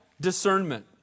discernment